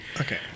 Okay